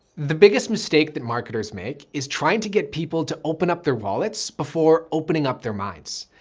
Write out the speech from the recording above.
the biggest mistake that marketers make is trying to get people to open up their wallets before opening up their minds.